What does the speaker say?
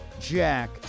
jack